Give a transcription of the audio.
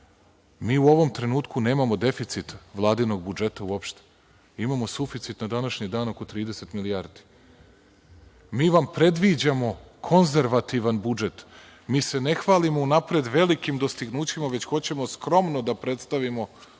U ovom trenutku nemamo deficit Vladinog budžeta uopšte. Imamo suficit na današnji dan oko 30 milijardi. Mi vam predviđamo konzervativan budžet. Ne hvalimo se unapred velikim dostignućima, već hoćemo skromno da predstavimo